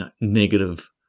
negative